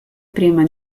prima